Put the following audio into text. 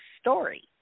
story